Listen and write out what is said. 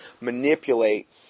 manipulate